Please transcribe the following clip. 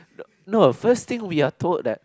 no first thing we are told that